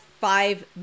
five